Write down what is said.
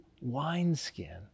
wineskin